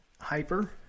Hyper